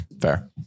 Fair